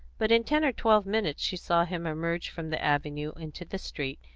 but in ten or twelve minutes she saw him emerge from the avenue into the street,